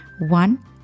One